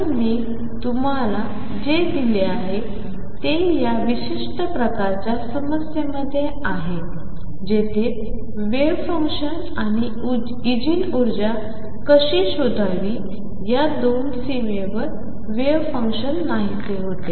तर मी तुम्हाला जे दिले आहे ते या विशिष्ट प्रकारच्या समस्येमध्ये आहे जेथे वेव्ह फंक्शन आणि एजीन ऊर्जा कशी शोधावी या दोन सीमेवर वेव्ह फंक्शन नाहीसे होते